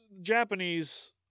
Japanese